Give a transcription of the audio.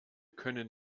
können